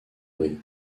riz